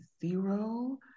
zero